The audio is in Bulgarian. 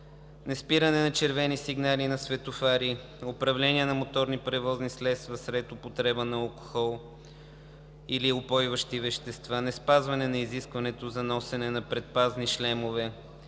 неспиране на червени сигнали на светофари, управление на моторни превозни средства след употреба на алкохол или упойващи вещества, неспазване на изискването за носене на предпазни шлемове,